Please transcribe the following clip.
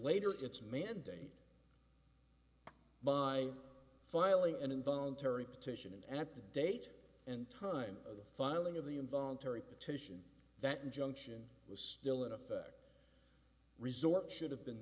later it's mandated by filing an involuntary petition and at the date and time of the filing of the involuntary petition that injunction was still in effect resort should have been